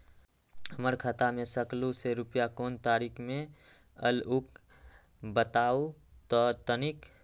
हमर खाता में सकलू से रूपया कोन तारीक के अलऊह बताहु त तनिक?